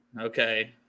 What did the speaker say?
Okay